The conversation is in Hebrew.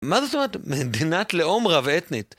מה זאת אומרת? מדינת לאום רב אתנית?